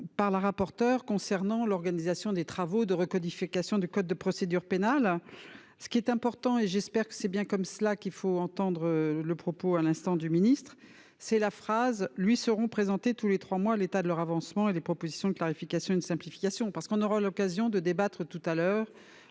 par la rapporteure concernant l'organisation des travaux de recodification du code de procédure pénale, ce qui est important- j'espère que c'est bien comme cela qu'il faut entendre le propos tenu à l'instant par le garde des sceaux -c'est la phrase :« Lui seront présentés tous les trois mois l'état de leur avancement et les propositions de clarification et de simplification ...» Nous aurons largement l'occasion de débattre tout à l'heure